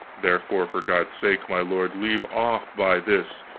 therefore, for god's sake, my lord, leave off by this.